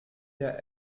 der